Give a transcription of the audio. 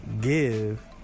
give